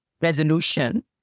resolution